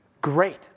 great